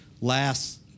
last